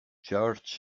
george